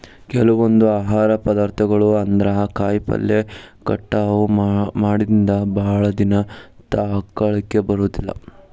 ಕೆಲವೊಂದ ಆಹಾರ ಪದಾರ್ಥಗಳು ಅಂದ್ರ ಕಾಯಿಪಲ್ಲೆ ಕಟಾವ ಮಾಡಿಂದ ಭಾಳದಿನಾ ತಾಳಕಿ ಬರುದಿಲ್ಲಾ